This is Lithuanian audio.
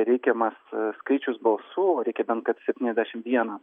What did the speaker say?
reikiamas skaičius balsų reikia bent kad septyniasdešimt vienas